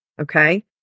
Okay